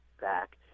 back